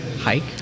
hike